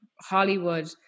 Hollywood